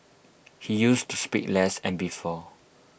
he used to speak less and before